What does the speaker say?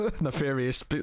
nefarious